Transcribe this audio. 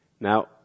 Now